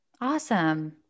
Awesome